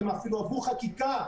הן אפילו עברו חקיקה.